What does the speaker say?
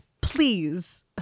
Please